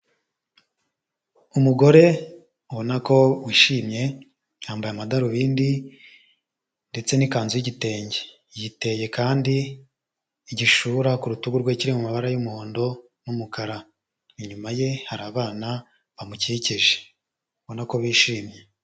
Umugore ubona ko wishimye, yambaye amadarubindi, ndetse n'ikanzu y'igitenge, yiteye kandi igishura ku rutugu rwe kiri mu mabara y'umuhondo n'umukara, inyuma ye hari abana bamukikije ubona ko bishimye.